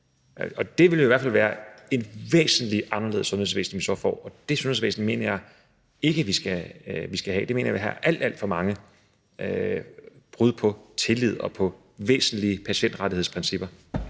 Det vil i hvert fald være et væsentlig anderledes sundhedsvæsen, vi så får, og det sundhedsvæsen mener jeg ikke at vi skal have; det mener jeg vil indebære alt, alt for mange brud på tilliden og på væsentlige patientrettighedsprincipper.